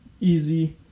Easy